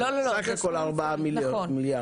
אלא סך הכל ארבעה מיליארד.